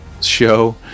show